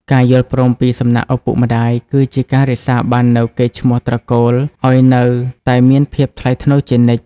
ការយល់ព្រមពីសំណាក់ឪពុកម្ដាយគឺជាការរក្សាបាននូវកេរ្តិ៍ឈ្មោះត្រកូលឱ្យនៅតែមានភាពថ្លៃថ្នូរជានិច្ច។